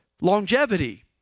longevity